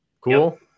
Cool